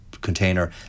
container